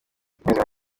birangiye